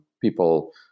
people